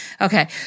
okay